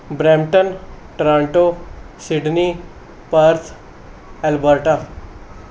Brampton Toronto Sydney Paris Alberta